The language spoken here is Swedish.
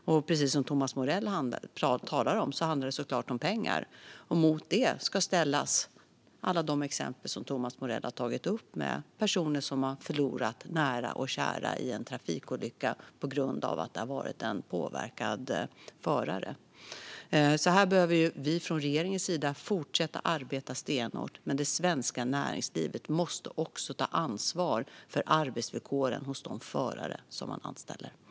Precis som Thomas Morell talar om handlar det såklart om pengar. Mot detta ska ställas alla de exempel som Thomas Morell har tagit upp med personer som har förlorat nära och kära i en trafikolycka på grund av att en förare har varit påverkad. Här behöver vi från regeringens sida fortsätta att arbeta stenhårt, men det svenska näringslivet måste också ta ansvar för arbetsvillkoren för de förare som man anställer.